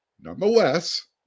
Nonetheless